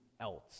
else